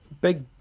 big